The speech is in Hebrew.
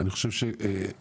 אני חושב שכרגע,